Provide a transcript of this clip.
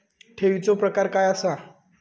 ठेवीचो प्रकार काय असा?